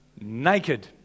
naked